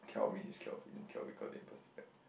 Kelvin is Kelvin Kelvin got it